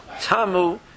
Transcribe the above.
Tamu